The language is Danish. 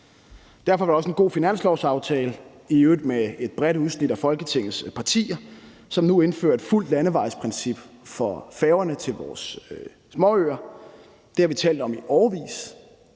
Derfor er det også en god finanslovsaftale, i øvrigt indgået med et bredt udsnit af Folketingets partier, hvorigennem vi nu indfører et fuldt landevejsprincip for færgerne til vores småøer. Det har vi talt om i årevis,